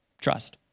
trust